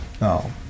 No